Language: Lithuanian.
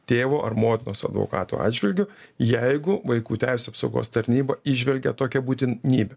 tėvo ar motinos advokatų atžvilgiu jeigu vaikų teisių apsaugos tarnyba įžvelgia tokią būtinybę